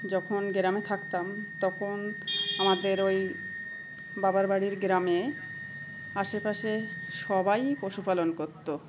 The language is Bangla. যখন গ্রামে থাকতাম তখন আমাদের ওই বাবার বাড়ির গ্রামে আশেপাশে সবাই পশুপালন করতো